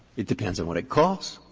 it depends on what it costs.